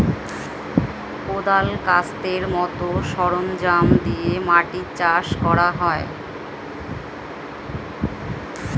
কোদাল, কাস্তের মত সরঞ্জাম দিয়ে মাটি চাষ করা হয়